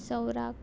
सौराक